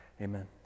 Amen